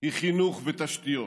היא חינוך ותשתיות,